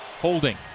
holding